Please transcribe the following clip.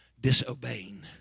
disobeying